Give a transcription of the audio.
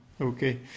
Okay